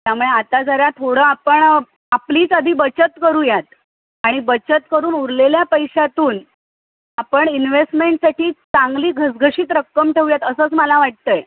त्यामुळे आता जरा थोडं आपण आपलीच आधी बचत करूयात आणि बचत करून उरलेल्या पैशातून आपण इन्ववेहेस्टमेंटसाठी चांगली घसघशीत रक्कम ठेवूयात असंच मला वाटतंय